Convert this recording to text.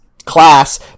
class